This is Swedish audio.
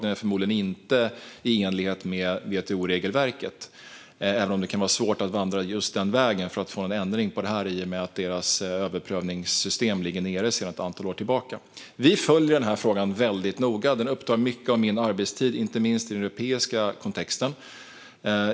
Det är förmodligen inte i enlighet med WTO-regelverket, även om det kan vara svårt att vandra just den vägen för att få en ändring eftersom deras överprövningssystem ligger nere sedan ett antal år tillbaka. Vi följer frågan noga. Den upptar mycket av min arbetstid, inte minst i europeisk kontext.